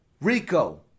Rico